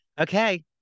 Okay